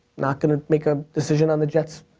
not gonna make a decision on the jets,